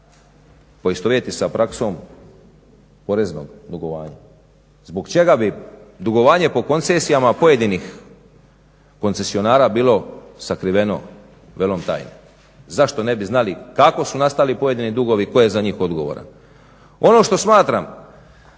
poistovjeti sa praksom poreznog dugovanja, zbog čega bi dugovanje po koncesijama pojedinih koncesionara bilo sakriveno velom tajne. Zašto ne bi znali kako su nastali pojedini dugovi i tko je za njih odgovoran. Ono što smatram